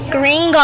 Green